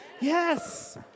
Yes